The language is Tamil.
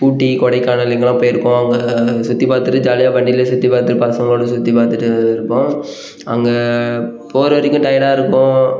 ஊட்டி கொடைக்கானல் இங்கெல்லாம் போயிருக்கோம் அங்கே சுற்றிப் பார்த்துட்டு ஜாலியாக வண்டியிலேயே சுற்றிப் பார்த்து பசங்களோடு சுற்றிப் பார்த்துட்டு இருப்போம் அங்கே போகிற வரைக்கும் டயர்டாக இருக்கும்